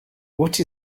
what